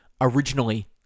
Originally